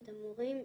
את המורים,